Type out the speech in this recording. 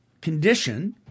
condition